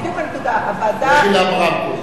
הוועדה, לכי לרמקול.